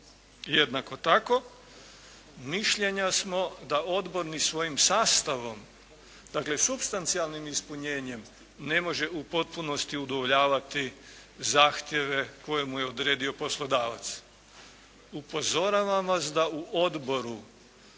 Jednako tako, mišljenja smo da odbor ni svojim sastavom, dakle supstancijalnim ispunjenjem ne može u potpunosti udovoljavati zahtjeve koje mu je odredio poslodavac. Upozoravam vas da u odboru